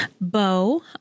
Bo